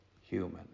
human